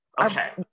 Okay